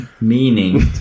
Meaning